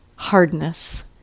hardness